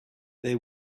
they